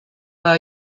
war